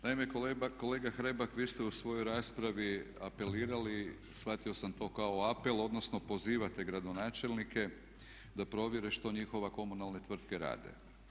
Naime kolega Hrebak vi ste u svojoj raspravi apelirali, shvatio sam to kao apel odnosno pozivate gradonačelnike da provjere što njihove komunalne tvrtke rade.